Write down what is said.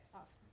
awesome